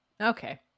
Okay